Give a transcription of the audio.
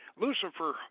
Lucifer